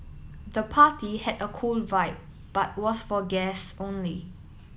the party had a cool vibe but was for guests only